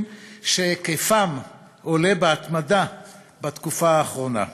שהיקפם עולה בהתמדה בתקופה האחרונה.